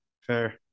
Fair